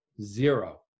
zero